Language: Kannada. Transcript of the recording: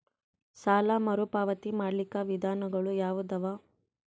ಸಾಲ ಮರುಪಾವತಿ ಮಾಡ್ಲಿಕ್ಕ ವಿಧಾನಗಳು ಯಾವದವಾ?